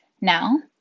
Now